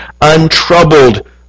untroubled